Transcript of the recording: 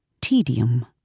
tedium